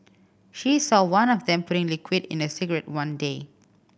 she saw one of them putting liquid in a cigarette one day